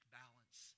balance